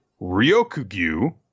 Ryokugyu